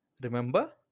remember